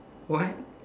what